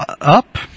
up